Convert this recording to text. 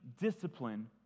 discipline